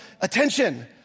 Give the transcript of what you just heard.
attention